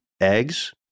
eggs